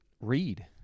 read